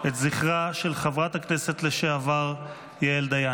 את זכרה של חברת הכנסת לשעבר יעל דיין.